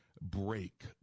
break